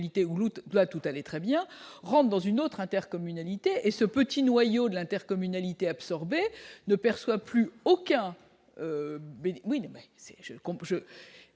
tu dois tout allait très bien, rentre dans une autre intercommunalité et ce petit noyau de l'intercommunalité absorber ne perçoit plus aucun ben